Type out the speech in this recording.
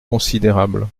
considérable